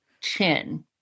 chin